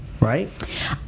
right